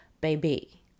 baby